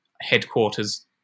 headquarters